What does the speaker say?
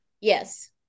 Yes